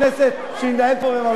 תודה רבה לכם.